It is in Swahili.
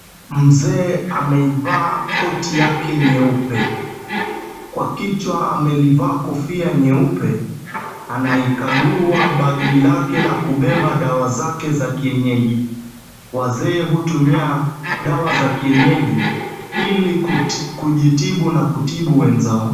Mzee ameivaa koti yake nyeupe. Kwa kichwa amelivaa kofia nyeupe. Anaikagua bagi lake la kubeba dawa zake za kienyeji. Wazee hutumia dawa za kienyeji, ili kujitibu na kutibu wenzao.